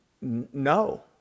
No